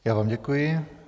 Já vám děkuji.